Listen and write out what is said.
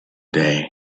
day